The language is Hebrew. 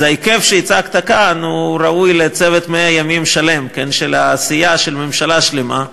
אז ההיקף שהצגת כאן ראוי לצוות 100 ימים שלם של עשייה של ממשלה שלמה.